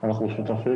אנחנו עכשיו,